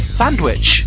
sandwich